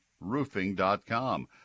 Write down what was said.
Roofing.com